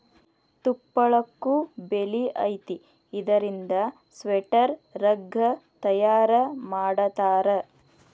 ತುಪ್ಪಳಕ್ಕು ಬೆಲಿ ಐತಿ ಇದರಿಂದ ಸ್ವೆಟರ್, ರಗ್ಗ ತಯಾರ ಮಾಡತಾರ